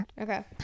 Okay